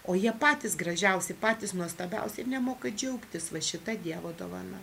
o jie patys gražiausi patys nuostabiausi ir nemoka džiaugtis va šita dievo dovana